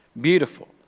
beautiful